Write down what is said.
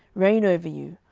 reign over you,